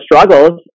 struggles